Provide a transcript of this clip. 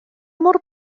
mor